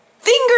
finger